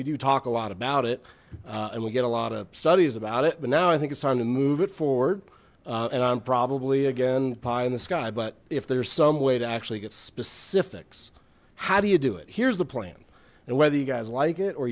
we do talk a lot about it and we get a lot of studies about it but now i think it's time to move it forward and i'm probably again pie in the sky but if there's some way to actually get specifics how do you do it here's the plan and whether you guys like it or